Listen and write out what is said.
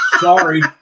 sorry